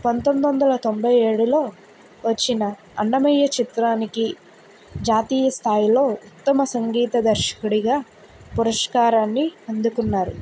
పంతొమ్మిదొందల తొంభై ఏడులో వచ్చిన అన్నమయ్య చిత్రానికి జాతీయస్థాయిలో ఉత్తమ సంగీత దర్శకుడిగా పురస్కారాన్ని అందుకున్నారు